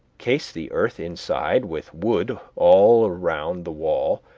case the earth inside with wood all round the wall,